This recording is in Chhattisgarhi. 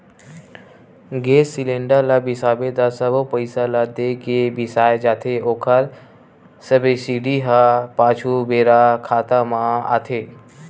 गेस सिलेंडर ल बिसाबे त सबो पइसा ल दे के बिसाए जाथे ओखर सब्सिडी ह पाछू बेरा खाता म आथे